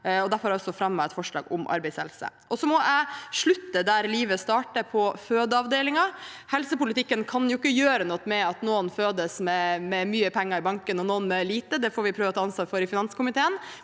Derfor er vi også med på et forslag om arbeidshelse. Jeg må slutte der livet starter, på fødeavdelingen. Helsepolitikken kan ikke gjøre noe med at noen fødes med mye penger i banken og noen med lite, det får vi prøve å ta ansvar for i finanskomiteen.